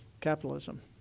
capitalism –